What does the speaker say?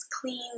clean